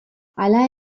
hala